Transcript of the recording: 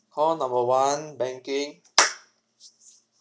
call number one banking